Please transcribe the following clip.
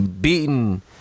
beaten